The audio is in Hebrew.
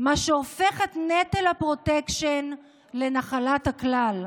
מה שהופך את נטל הפרוטקשן לנחלת הכלל.